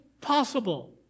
possible